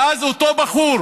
ואז אותו בחור